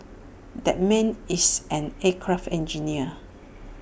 that man is an aircraft engineer